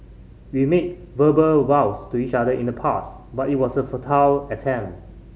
we made verbal vows to each other in the past but it was a futile attempt